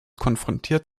konfrontiert